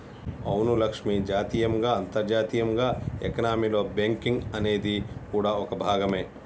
అవును లక్ష్మి జాతీయంగా అంతర్జాతీయంగా ఎకానమీలో బేంకింగ్ అనేది కూడా ఓ భాగమే